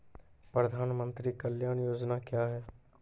प्रधानमंत्री कल्याण योजना क्या हैं?